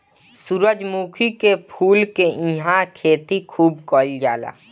सूरजमुखी के फूल के इहां खेती खूब कईल जाला